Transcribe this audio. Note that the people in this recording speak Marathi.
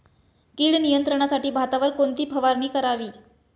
कीड नियंत्रणासाठी भातावर कोणती फवारणी करावी?